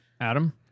adam